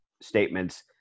Statements